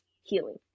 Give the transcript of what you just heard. healing